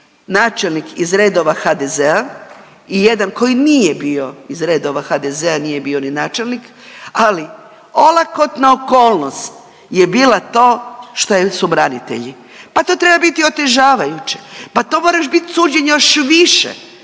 načelnik iz redova HDZ-a i jedan koji nije bio iz redova HDZ-a, nije bio ni načelnik, ali olakotna okolnost je bila to što su branitelji. Pa to treba biti otežavajuće, pa to moraš bit suđen još više